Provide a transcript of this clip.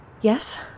Yes